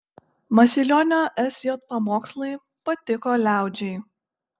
masilionio sj pamokslai patiko liaudžiai